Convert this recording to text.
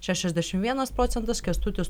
šešiasdešimt vienas procentas kęstutis